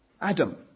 Adam